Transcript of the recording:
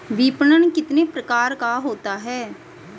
विपणन कितने प्रकार का होता है?